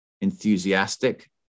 enthusiastic